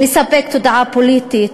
לספק תודעה פוליטית.